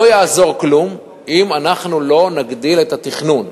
לא יעזור כלום, אם אנחנו לא נגדיל את התכנון.